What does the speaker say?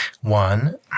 one